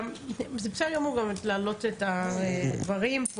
זה בסדר גמור להעלות את הדברים פה.